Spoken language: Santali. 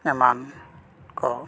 ᱮᱢᱟᱱ ᱠᱚ